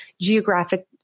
Geographic